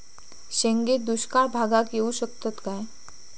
शेंगे दुष्काळ भागाक येऊ शकतत काय?